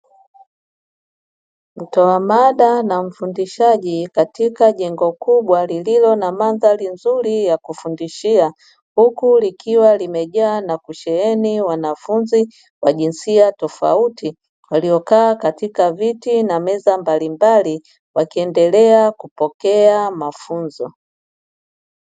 Mtoa mada namfundishaji katika jengo kubwa lililo na mandhari nzuri ya kufundishia huku likiwa limejaa na kusheheni wanafunzi wa jinsia tofauti waliokaa katika viti na meza mbalimbali wakiendelea kupokea mafunzo.